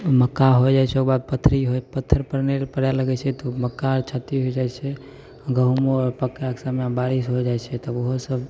मक्का हो जाइत छै ओकर बाद पथरी पत्थर पड़ै लगैत छै तऽ ओ मक्का आर हो जाइत छै गहुँम आर पकैके समय बारिश हो जाइत छै तब ओहो सब